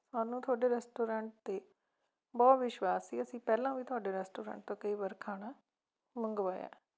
ਸਾਨੂੰ ਤੁਹਾਡੇ ਰੈਸਟੋਰੈਂਟ 'ਤੇ ਬਹੁਤ ਵਿਸ਼ਵਾਸ ਸੀ ਅਸੀਂ ਪਹਿਲਾਂ ਵੀ ਤੁਹਾਡੇ ਰੈਸਟੋਰੈਂਟ ਤੋਂ ਕਈ ਵਾਰ ਖਾਣਾ ਮੰਗਵਾਇਆ